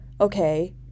okay